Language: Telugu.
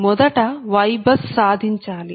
మొదట YBUS సాధించాలి